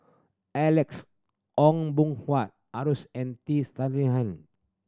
Alex Ong Boon Hua and T